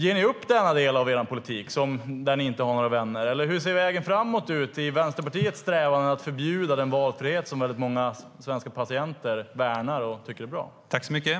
Ger ni upp denna del av er politik där ni inte har några vänner? Hur ser vägen framåt ut i Vänsterpartiets strävan att förbjuda den valfrihet som många svenska patienter värnar och tycker är bra?